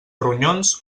ronyons